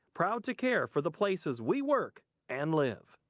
proud to care for the places we work and live.